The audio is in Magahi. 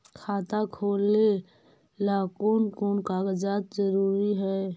खाता खोलें ला कोन कोन कागजात जरूरी है?